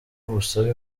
busabe